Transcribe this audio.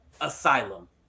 asylum